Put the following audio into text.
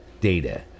data